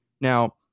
Now